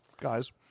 guys